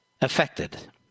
affected